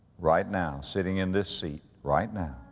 right now sitting in this seat, right now